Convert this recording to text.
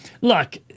Look